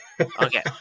Okay